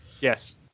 Yes